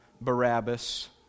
Barabbas